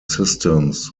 systems